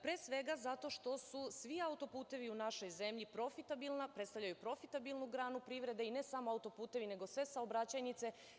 Pre svega, zato što su svi autoputevi u našoj zemlji, profitabilni, predstavljaju profitabilnu granu privrede i ne samo autoputevi, nego sve saobraćajnice.